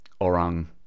Orang